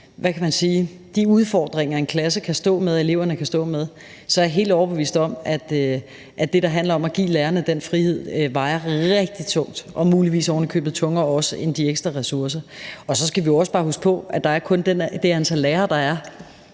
til at håndtere de udfordringer, en klasse kan stå med og eleverne kan stå med, så er jeg helt overbevist om, at det, der handler om at give lærerne den frihed, vejer rigtig tungt og muligvis ovenikøbet også tungere end de ekstra ressourcer. Så skal vi jo også bare huske på, at der trods alt kun er det antal lærere, der er,